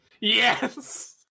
Yes